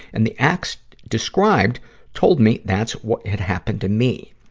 and the acts described told me that's what had happened to me.